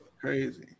Crazy